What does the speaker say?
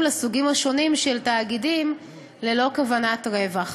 לסוגים השונים של תאגידים ללא כוונת רווח,